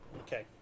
Okay